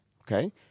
Okay